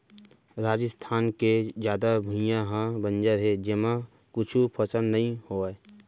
राजिस्थान के जादा भुइयां ह बंजर हे जेमा कुछु फसल नइ होवय